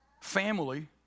family